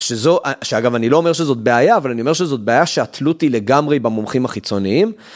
אגב אני לא אומר שזאת בעיה, אבל אני אומר שזאת בעיה שהתלות היא לגמרי במומחים החיצוניים.